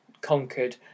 conquered